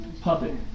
puppet